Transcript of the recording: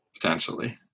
potentially